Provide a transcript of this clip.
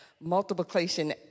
multiplication